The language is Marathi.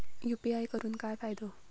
यू.पी.आय करून काय फायदो?